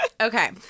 Okay